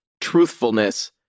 truthfulness